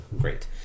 great